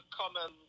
common